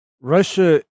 Russia